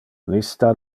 lista